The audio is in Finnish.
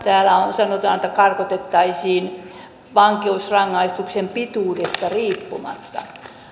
täällä sanotaan että karkotettaisiin vankeusrangaistuksen pituudesta riippumatta